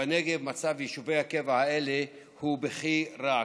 בנגב מצב יישובי הקבע האלה בכי רע,